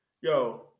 yo